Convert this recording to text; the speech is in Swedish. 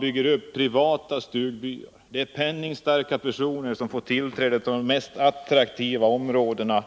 bygger man upp privata stugbyar. Det är penningstarka personer som får tillträde till de mest attraktiva områdena.